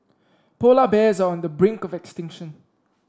polar bears are on the brink of extinction